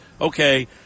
Okay